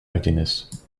readiness